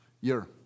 year